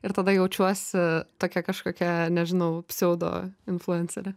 ir tada jaučiuosi tokia kažkokia nežinau pseudo influencerė